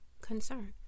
concern